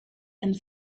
and